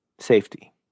safety